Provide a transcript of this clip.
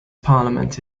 parliament